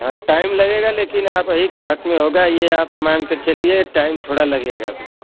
हाँ टाइम लगेगा लेकिन आप ही के हक में होगा ये आप मान कर चलिए टाइम थोड़ा लगेगा भाई